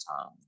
time